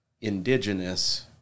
indigenous